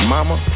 Mama